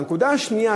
הנקודה השנייה,